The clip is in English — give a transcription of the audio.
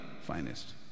finest